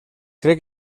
crec